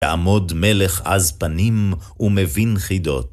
תעמוד מלך עז פנים ומבין חידות.